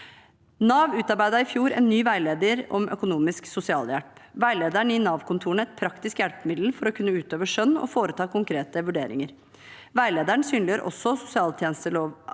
Nav utarbeidet i fjor en ny veileder om økonomisk sosialhjelp. Veilederen gir Nav-kontorene et praktisk hjelpemiddel for å kunne utøve skjønn og foreta konkrete vurderinger. Veilederen synliggjør også at sosialtjenesteloven har